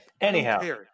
Anyhow